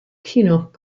kinnock